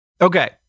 Okay